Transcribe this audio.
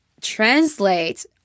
Translate